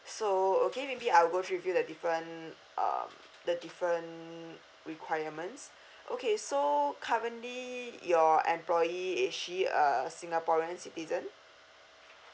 so okay maybe I'll go through with you the different um the different requirements okay so currently your employee is she a singaporean citizen